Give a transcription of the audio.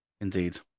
Indeed